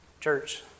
Church